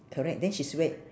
correct then she's wea~